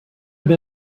have